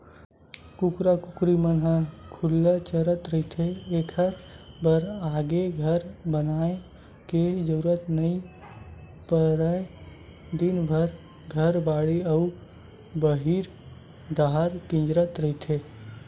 कुकरा कुकरी मन ह खुल्ला चरत रहिथे एखर बर अलगे घर बनाए के जरूरत नइ परय दिनभर घर, बाड़ी अउ बाहिर डाहर किंजरत रहिथे